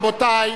רבותי,